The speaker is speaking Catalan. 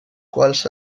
quals